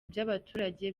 by’abaturage